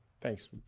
Thanks